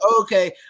Okay